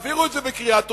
תעבירו את זה בקריאה טרומית.